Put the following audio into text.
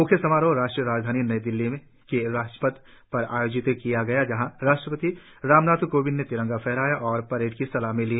म्ख्य समारोह राष्ट्रीय राजधानी नई दिल्ली के राजपथ पर आयोजित किया गया जहां राष्ट्रपति रामनाथ कोविंद ने तिरंगा फहराया और परेड की सलामी ली